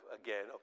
again